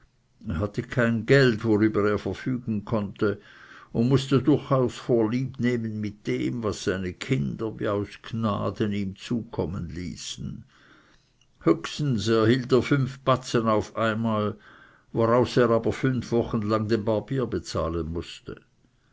hatte kein geld worüber er verfügen konnte und mußte durchaus vorlieb nehmen mit dem was seine kinder wie aus gnaden ihm zukommen ließen höchstens erhielt er fünf batzen auf einmal woraus er aber fünf wochen lang den barbier bezahlen mußte